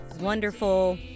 wonderful